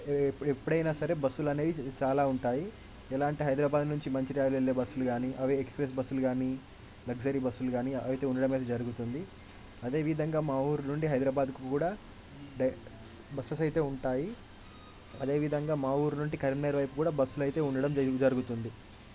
ఎ ఎప్పుడైనా సరే బస్సులు అనేవి చాలా ఉంటాయి ఎలా అంటే హైదరాబాద్ నుంచి మంచిర్యాల వెళ్ళే బస్సులు కాని అవి ఎక్స్ప్రెస్ బస్సులు కాని లగ్జరీ బస్సులు కాని అవైతే ఉండటం అయితే జరుగుతుంది అదేవిధంగా మా ఊరు నుండి హైదరాబాద్కి కూడా డై బస్సెస్ అయితే ఉంటాయి అదేవిధంగా మా ఊరి నుండి కరీంనగర్ వైపు కూడా బస్సులు అయితే ఉండటం జరుగుతుంది